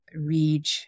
read